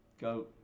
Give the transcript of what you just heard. Go